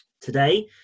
Today